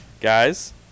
guys